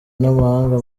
n’amahanga